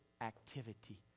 activity